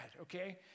okay